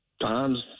times